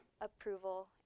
approval